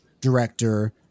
director